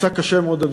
הוא נפצע קשה מאוד,